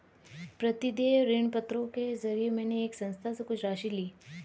प्रतिदेय ऋणपत्रों के जरिये मैंने एक संस्था से कुछ राशि ली